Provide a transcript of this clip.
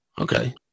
okay